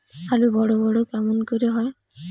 আলু বড় বড় কেমন করে হয়?